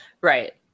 Right